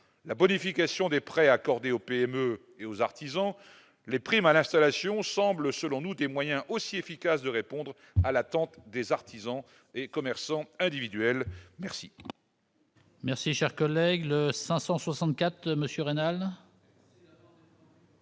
la bonification des prêts accordés aux PME et aux artisans, les primes à l'installation semble, selon nous, des moyens aussi efficace de répondre à l'attente des artisans et commerçants individuelles, merci.